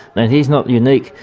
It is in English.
and he's not unique.